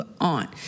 on